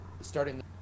starting